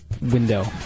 window